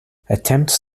attempts